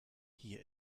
hier